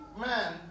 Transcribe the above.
man